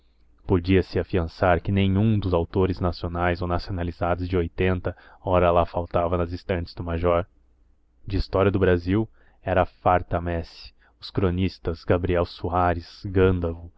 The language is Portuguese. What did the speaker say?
outros podia-se afiançar que nem um dos autores nacionais ou nacionalizados de oitenta pra lá faltava nas estantes do major de história do brasil era farta a messe os cronistas gabriel soares